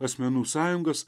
asmenų sąjungas